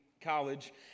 college